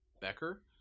becker